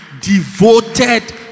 devoted